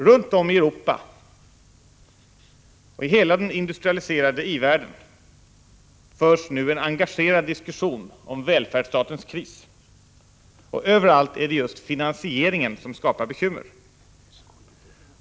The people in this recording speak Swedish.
Runt om i Europa och i hela den industrialiserade världen förs nu e engagerad diskussion om ”välfärdsstatens kris”, och överallt är det just finansieringen som skapar bekymmer.